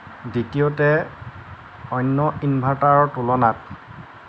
দ্বিতীয়তে অন্য ইনভাৰটাৰৰ তুলনাত